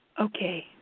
Okay